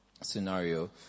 scenario